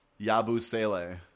Yabusele